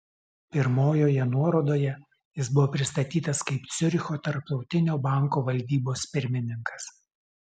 pirmojoje nuorodoje jis buvo pristatytas kaip ciuricho tarptautinio banko valdybos pirmininkas